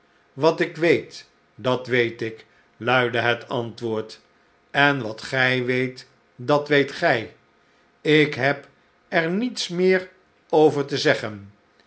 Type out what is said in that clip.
wat ik weet dat weet ik luidde het antwoord en wat gij weet dat weet gij ik heb er niets meer over te zeggenstephen